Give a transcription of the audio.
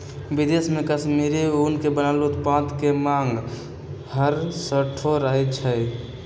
विदेश में कश्मीरी ऊन से बनल उत्पाद के मांग हरसठ्ठो रहइ छै